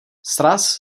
sraz